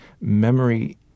memory